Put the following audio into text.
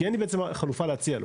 כי אין לי בעצם חלופה להציע לו.